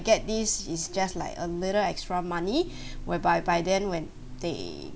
get this is just like a little extra money whereby by then when they